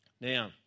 Now